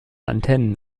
antennen